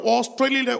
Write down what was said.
Australia